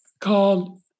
called